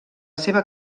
seva